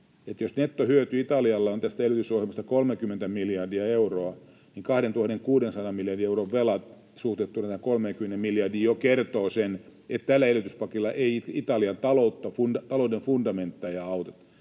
jos nettohyöty Italialla on tästä elvytysohjelmasta 30 miljardia euroa, niin 2 600 miljardin euron velka suhteutettuna tähän 30 miljardiin jo kertoo sen, että tällä elvytyspaketilla ei Italian talouden fundamentteja auteta.